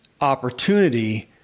opportunity